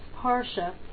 Parsha